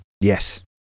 Yes